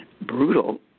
brutal